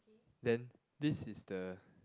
then this is the